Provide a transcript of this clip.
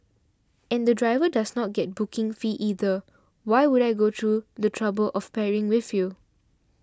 and the driver does not get booking fee either why would I go through the trouble of pairing with you